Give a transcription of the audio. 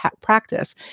practice